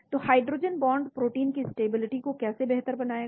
तो hydrogen bond protein की stability तो कैसे बेहतर बनाएगा